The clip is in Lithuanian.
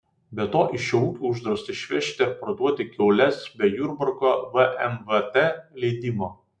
be to iš šio ūkio uždrausta išvežti ar parduoti kiaules be jurbarko vmvt leidimo